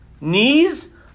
knees